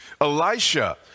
Elisha